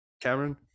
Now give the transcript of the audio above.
Cameron